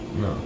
No